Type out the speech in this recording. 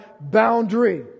boundary